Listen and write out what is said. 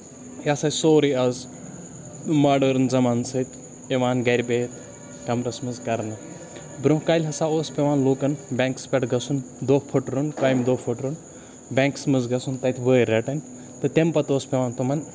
یہِ ہسا چھُ سورُے اَز موڈٲرٔن زَمانہٕ سۭتۍ یِوان گرِ بِہتھ کَمرَس منٛز کرنہٕ برۄنہہ کالہِ ہسا اوس پیوان لوٗکن بینکَس پٮ۪ٹھ گژھُن دۄہ پھٹراوُن کامی دۄہ پھٹراوُن بینکَس منٛز گژھُن تَتہِ وٲرۍ رَٹٔنۍ تہٕ تَمہِ پَتہٕ اوس پیوان تِمَن